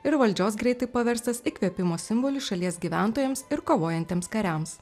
ir valdžios greitai paverstas įkvėpimo simboliu šalies gyventojams ir kovojantiems kariams